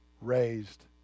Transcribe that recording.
raised